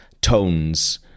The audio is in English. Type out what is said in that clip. tones